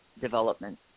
development